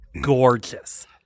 gorgeous